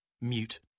Mute